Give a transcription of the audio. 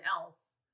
else